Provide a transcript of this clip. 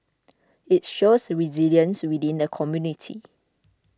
it shows resilience within the community